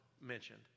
mentioned